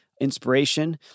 inspiration